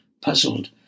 puzzled